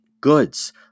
goods